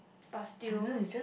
but still